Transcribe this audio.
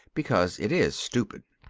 because it is stupid.